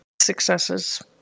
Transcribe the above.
successes